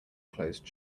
closed